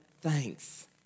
thanks